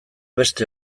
beste